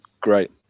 Great